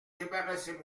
débarrassez